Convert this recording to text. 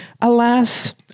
Alas